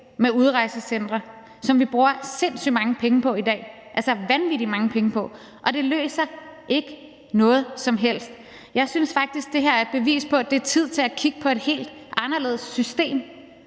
med udrejsecentre, som vi bruger sindssyg mange penge på i dag, altså vanvittig mange penge. Og det løser ikke noget som helst. Jeg synes faktisk, det her er et bevis på, at det er tid til at kigge på et helt anderledes system,